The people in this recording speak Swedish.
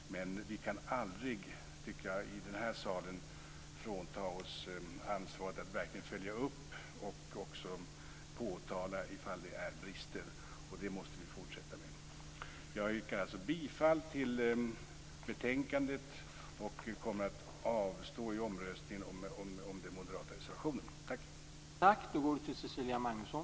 Men vi kan aldrig i den här salen, tycker jag, frånta oss ansvaret för att verkligen följa upp och också påtala om det är brister. Det måste vi fortsätta med. Jag yrkar alltså bifall till betänkandet och kommer att avstå i omröstningen i fråga om den moderata reservationen.